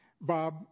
Bob